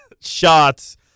shots